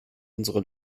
unsere